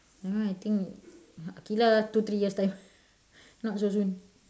you know I think Aqilah two three years time not so soon